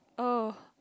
oh